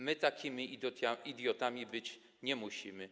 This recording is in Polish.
My takimi idiotami być nie musimy.